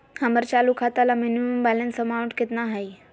हमर चालू खाता ला मिनिमम बैलेंस अमाउंट केतना हइ?